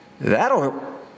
That'll